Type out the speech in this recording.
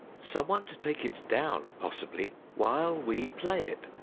someone to take it down, pos sibly, while we play it,